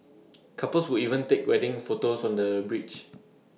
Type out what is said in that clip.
couples would even take wedding photos on the bridge